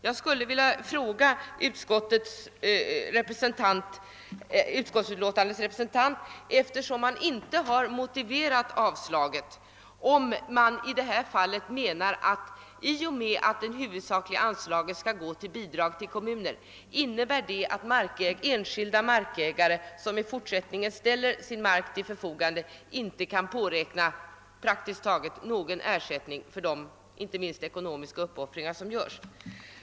Eftersom man inte har motiverat avstyrkandet skulle jag vilja fråga utskottets talesman om man, när man säger att det huvudsakliga anslaget skall gå till bidrag till kommuner, menar att enskilda markägare, som i fortsättningen ställer sin mark till förfogande, inte kan påräkna någon ersättning för de ekonomiska och andra uppoffringar som de gör?